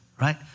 right